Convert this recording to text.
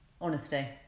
honesty